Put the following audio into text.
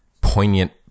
poignant